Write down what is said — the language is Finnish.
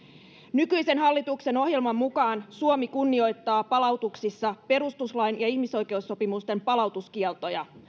nykyisen hallituksen ohjelman mukaan suomi kunnioittaa palautuksissa perustuslain ja ihmisoikeussopimusten palautuskieltoja